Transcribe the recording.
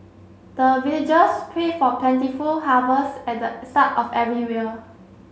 the villagers pray for plentiful harvest at the start of everywhere